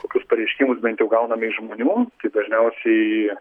kokius pareiškimus bent jau gauname iš žmonių dažniausiai